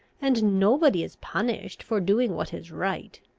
and nobody is punished for doing what is right.